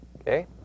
Okay